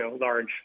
large